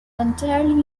entirely